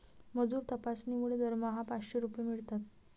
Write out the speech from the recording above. मजूर तपासणीमुळे दरमहा पाचशे रुपये मिळतात